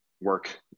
work